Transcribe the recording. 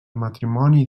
matrimoni